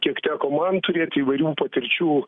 kiek teko man turėti įvairių patirčių